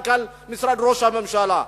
מנכ"ל משרד ראש הממשלה.